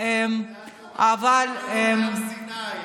זו התורה מהר סיני.